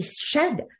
shed